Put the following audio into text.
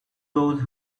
those